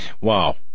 Wow